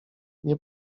nie